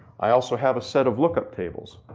i also have a set of lookup tables.